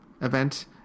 event